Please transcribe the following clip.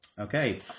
Okay